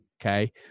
okay